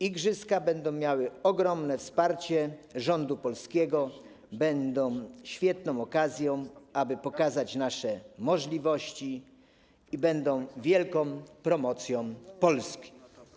Igrzyska będą miały ogromne wsparcie rządu polskiego, będą świetną okazją, aby pokazać nasze możliwości, i będą wielką promocją Polski.